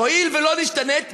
הואיל ולא נשתנית,